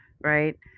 right